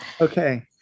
Okay